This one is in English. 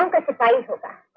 um the society's